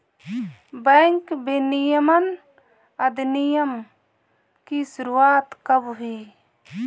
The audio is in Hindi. बैंक विनियमन अधिनियम की शुरुआत कब हुई?